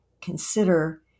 consider